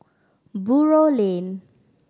Buroh Lane